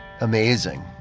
amazing